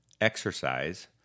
exercise